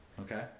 Okay